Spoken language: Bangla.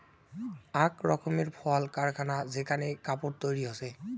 আক রকমের কল কারখানা যেখানে কাপড় তৈরী হসে